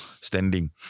standing